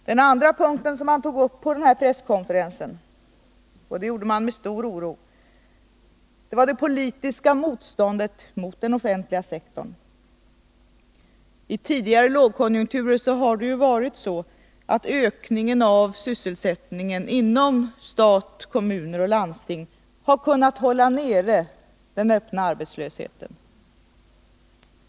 Den andra punkten man tog upp på den här presskonferensen — och det gjorde man med stor oro — var det politiska motståndet mot den offentliga sektorn. I tidigare lågkonjunkturer har ökningen av sysselsättning inom stat, kommun och landsting kunnat hålla nere den öppna arbetslösheten.